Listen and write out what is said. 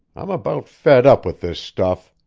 i'm about fed up with this stuff!